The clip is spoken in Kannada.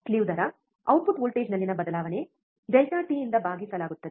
ಸ್ಲೀವ್ ದರ ಔಟ್ಪುಟ್ ವೋಲ್ಟೇಜ್ನಲ್ಲಿನ ಬದಲಾವಣೆ ಡೆಲ್ಟಾ ಟಿ∆t ಯಿಂದ ಭಾಗಿಸಲಾಗುತ್ತೆ